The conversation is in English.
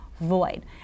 void